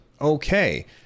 okay